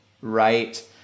right